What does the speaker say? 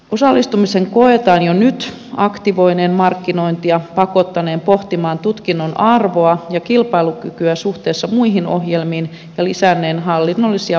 osallistumisen koetaan jo nyt aktivoineen markkinointia pakottaneen pohtimaan tutkinnon arvoa ja kilpailukykyä suhteessa muihin ohjelmiin ja lisänneen hallinnollisia valmiuksia